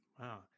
Wow